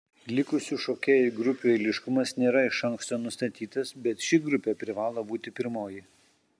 likusių šokėjų grupių eiliškumas nėra iš anksto nustatytas bet ši grupė privalo būti pirmoji